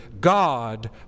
God